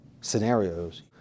scenarios